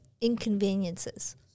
inconveniences